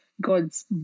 God's